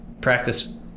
practice